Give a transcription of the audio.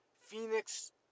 Phoenix